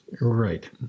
Right